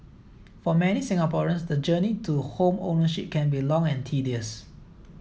for many Singaporeans the journey to home ownership can be long and tedious